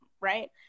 right